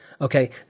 Okay